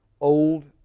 old